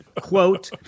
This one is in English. Quote